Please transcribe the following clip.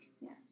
Yes